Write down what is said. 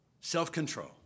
self-control